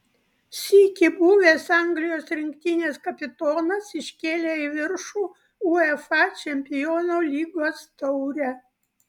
sykį buvęs anglijos rinktinės kapitonas iškėlė į viršų uefa čempionų lygos taurę